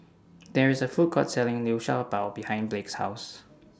There IS A Food Court Selling Liu Sha Bao behind Blake's House